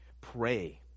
pray